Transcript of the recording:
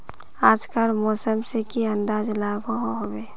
आज कार मौसम से की अंदाज लागोहो होबे?